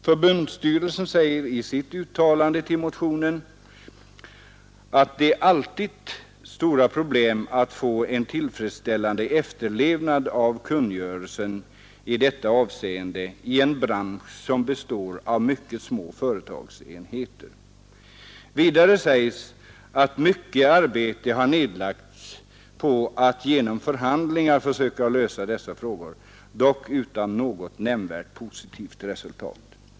Förbundsstyrelsen sade i sitt utlåtande över motionen att det alltid är stora problem att få en tillfredsställande efterlevnad av kungörelsen i detta avseende i en bransch som består av mycket små företagsenheter. Vidare sades att mycket arbete har nedlagts på att genom förhandlingar söka lösa dessa frågor. Detta har dock inte givit något nämnvärt positivt resultat.